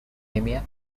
leukemia